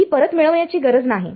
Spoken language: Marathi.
ती परत मिळवण्याची गरज नाही